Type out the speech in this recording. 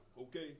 okay